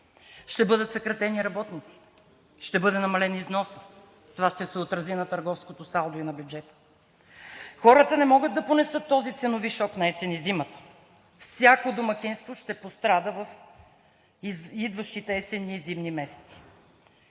Ще бъдат съкратени работници, ще бъде намален износът. Това ще се отрази на търговското салдо и на бюджета. Хората не могат да понесат този ценови шок наесен и зимата. Всяко домакинство ще пострада в идващите есенни и зимни месеци.